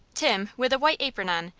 tim, with a white apron on,